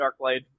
Darkblade